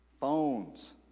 Phones